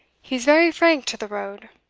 he's very frank to the road.